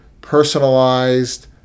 personalized